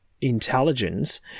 intelligence